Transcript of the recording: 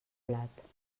blat